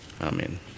Amen